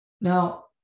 Now